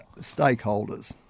stakeholders